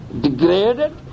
degraded